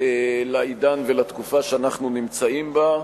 לעידן ולתקופה שאנחנו נמצאים בה,